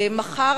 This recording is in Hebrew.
מחר,